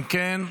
אם כך,